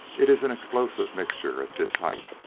it is an explosive mixture at this height,